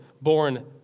born